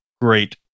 great